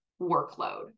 workload